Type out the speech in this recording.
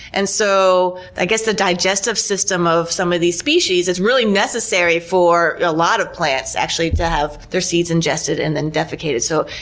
and so i guess the digestive system of some of these species is really necessary for, a lot of plants actually, to have their seeds ingested and then defecated. so,